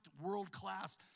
world-class